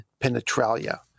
penetralia